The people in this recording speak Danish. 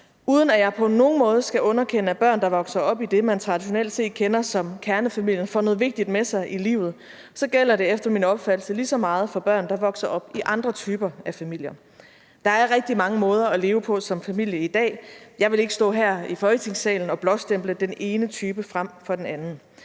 Uden at jeg på nogen måde skal underkende, at børn, der vokser op i det, man traditionelt set kender som kernefamilien, får noget vigtigt med sig i livet, så gælder det efter min opfattelse lige så meget for børn, der vokser op i andre typer af familier. Der er rigtig mange måder at leve på som familie i dag. Jeg vil ikke stå her i Folketingssalen og blåstemple den ene type frem for den anden.